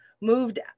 moved